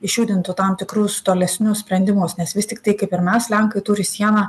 išjudintų tam tikrus tolesnius sprendimus nes vis tiktai kaip ir mes lenkai turi sieną